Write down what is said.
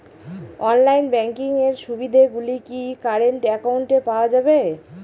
Online banking এর সুবিধে গুলি কি কারেন্ট অ্যাকাউন্টে পাওয়া যাবে?